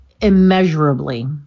immeasurably